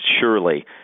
surely